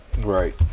Right